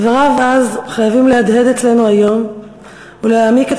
דבריו אז חייבים להדהד אצלנו היום ולהעמיק את